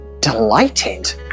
delighted